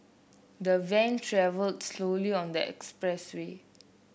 the van travelled slowly on the expressway